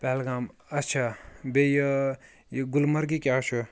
پہلگام اچھا بییٚہِ یہِ گلمرگہِ کیاہ چھُ